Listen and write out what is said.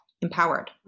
empowered